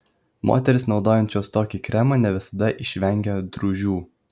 moterys naudojančios tokį kremą ne visada išvengia drūžių